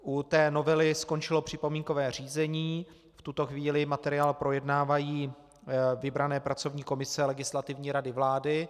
U té novely skončilo připomínkové řízení, v tuto chvíli materiál projednávají vybrané pracovní komise Legislativní rady vlády.